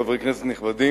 חברי כנסת נכבדים,